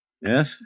Yes